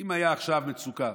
אם הייתה עכשיו מצוקה,